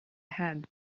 had